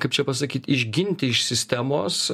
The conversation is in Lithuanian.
kaip čia pasakyt išginti iš sistemos